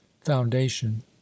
foundation